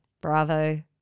Bravo